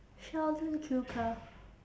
sheldon cooper